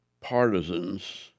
partisans